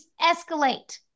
escalate